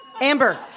Amber